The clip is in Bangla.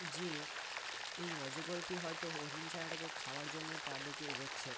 যে এই অজগরটি হয়তো হরিণ ছানাটাকে খাওয়ার জন্যই তার দিকে এগোচ্ছে